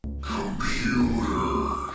Computer